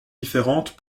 différentes